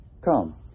come